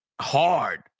hard